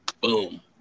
boom